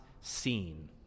seen